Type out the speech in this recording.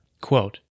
Quote